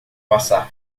passar